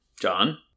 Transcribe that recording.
John